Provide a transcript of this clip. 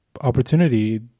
opportunity